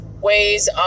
ways